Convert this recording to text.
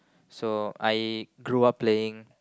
so I grew up playing